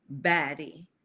baddie